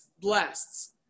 blasts